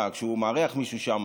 מה, כשהוא מארח מישהו שם,